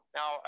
Now